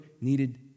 needed